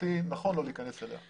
ומבחינתי נכון לא להיכנס אליה.